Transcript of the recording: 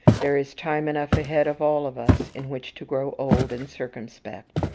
there is time enough ahead of all of us in which to grow old and circumspect.